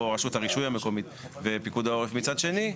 או רשות הרישוי המקומית ופיקוד העורף מצד שני,